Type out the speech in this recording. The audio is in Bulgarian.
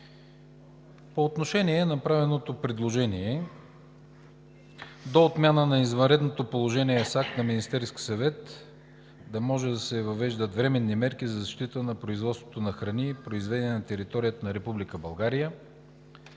По отношение направеното предложение: до отмяната на извънредното положение с акт на Министерския съвет да може да се въвеждат временни мерки за защита на производството на храни, произведени на територията на